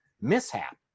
mishap